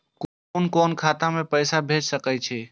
कुन कोण खाता में पैसा भेज सके छी?